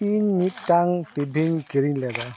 ᱤᱧ ᱢᱤᱫᱴᱟᱝ ᱴᱤᱵᱷᱤᱧ ᱠᱤᱨᱤᱧ ᱞᱮᱫᱟ